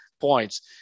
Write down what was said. points